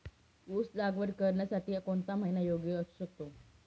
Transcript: ऊस लागवड करण्यासाठी कोणता महिना योग्य असू शकतो?